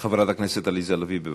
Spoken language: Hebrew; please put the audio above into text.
חברת הכנסת עליזה לביא, בבקשה.